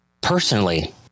personally